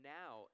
now